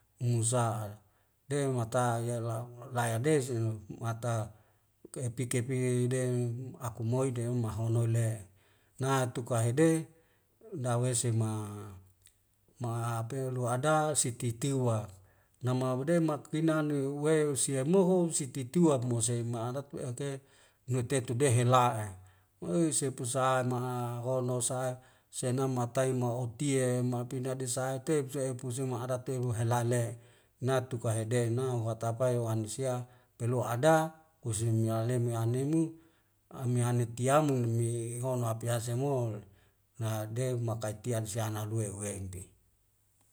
Musa'at de mata yela mu laya de si mu mata keupike pie ben aku moi dehoma hono le na tu kahide dawesima ma ape'uluada siti tiu wa namau de mak inani we usia moho siti tua mose ma'adat lu'eke mete tudehe la'e oi sepusaha manga hono sa'a siana matai ma oti'e mau pinda di sahate fe pusing maharate mehelaile natuka hede no watapai wanusia pelu ada kusus ni aleli aleli amia ni tiamu me hono hapease mo nadeum makaitian siana lue weimpi